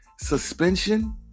suspension